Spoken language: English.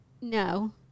No